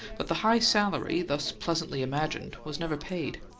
but the high salary, thus pleasantly imagined, was never paid.